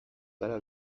gara